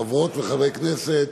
חברות וחברי כנסת,